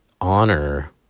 honor